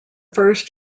first